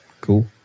cool